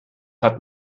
hat